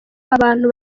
abantu